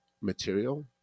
material